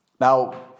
Now